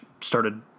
started